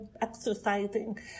exercising